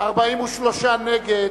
43 נגד,